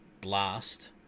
Blast